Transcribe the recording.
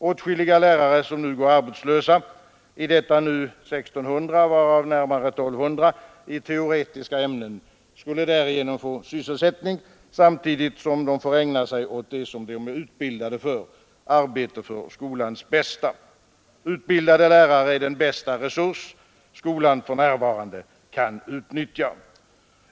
Åtskilliga lärare som går arbetslösa — i detta nu 1 600 varav närmare 1 200 i teoretiska ämnen — skulle därigenom få sysselsättning samtidigt som de kan ägna sig åt det som de är utbildade för, arbete för skolans bästa. Utbildade lärare är den bästa resurs skolan för närvarande kan utnyttja.